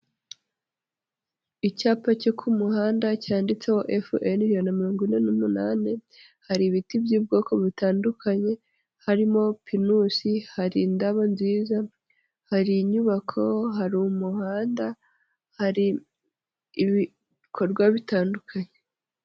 Icyapa cyo ku muhanda cyanditseho FN ijana na mirongo ine n'umunani, hari ibiti by'ubwoko butandukanye, harimo pinusi, hari indabo nziza, hari inyubako, hari umuhanda, hari ibikorwa bitandukanye.